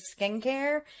skincare